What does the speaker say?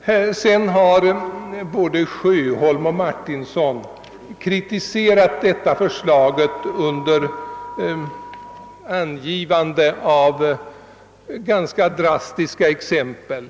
Både herr Sjöholm och herr Martinsson har kritiserat förslaget med anförande av ganska drastiska exempel.